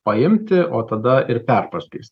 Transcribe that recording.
paimti o tada ir perparskyrst